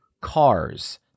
Cars